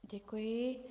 Děkuji.